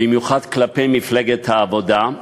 במיוחד כלפי מפלגת העבודה,